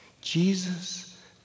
Jesus